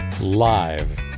live